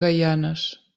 gaianes